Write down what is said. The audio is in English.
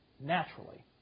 naturally